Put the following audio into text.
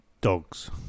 Dogs